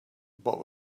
but